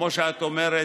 כמו שאת אומרת,